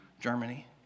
Germany